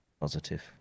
positive